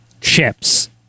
Chips